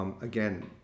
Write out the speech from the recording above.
Again